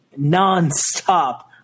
nonstop